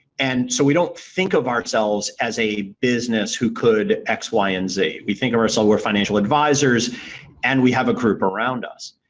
and so, we don't think of ourselves as a business who could x, y and z. we think of ourselves we're financial advisors and we have a group around us.